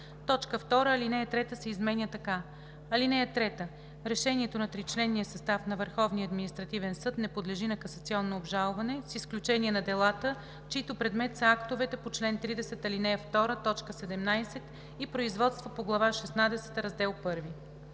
2. Алинея 3 се изменя така: „(3) Решението на тричленния състав на Върховния административен съд не подлежи на касационно обжалване, с изключение на делата, чийто предмет са актовете по чл. 30, ал. 2, т. 17 и производства по Глава шестнадесета,